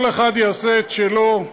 כל אחד יעשה את שלו,